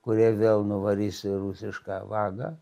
kurie vėl nuvarys į rusišką vagą